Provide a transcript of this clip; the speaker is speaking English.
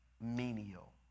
menial